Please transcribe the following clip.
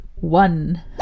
one